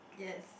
yes